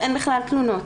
אין בכלל תלונות.